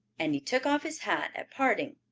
and he took off his hat at parting.